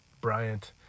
Bryant